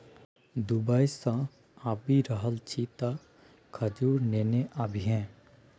Dubai सँ आबि रहल छी तँ खजूर नेने आबिहे